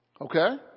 Okay